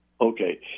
Okay